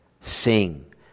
Sing